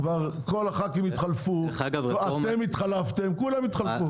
כבר כל הח"כים התחלפו, אתם התחלפתם, כולם התחלפו.